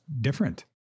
different